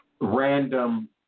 random